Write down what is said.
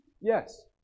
Yes